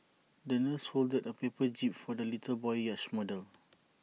the nurse folded A paper jib for the little boy's yacht model